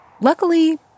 Luckily